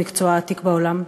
המקצוע העתיק בעולם.